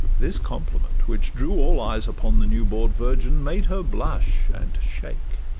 this compliment, which drew all eyes upon the new-bought virgin, made her blush and shake.